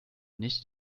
nicht